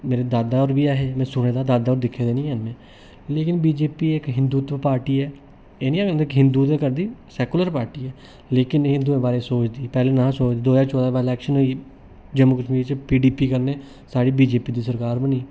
मेरे दादा होर बी ऐ हे में सुने दा दादा होर दिक्खे दे नी हैन में लेकिन बीजेपी इक हिंदुत्व पार्टी ऐ एह् नी ऐ इक हिंदू ते करदी सैक्युलर पार्ट ऐ लेकिन हिंदुएं बारै सोचदी पैहले नहा सोचदी दो ज्हार चौदह दे बाच लेक्शन होई जम्मू कश्मीर च पीडीपी कन्नै स्हाढ़ी बीजेपी दी सरकार बनी